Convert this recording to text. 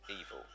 evil